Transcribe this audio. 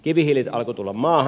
kivihiili alkoi tulla maahan